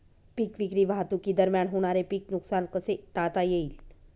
पीक विक्री वाहतुकीदरम्यान होणारे पीक नुकसान कसे टाळता येईल?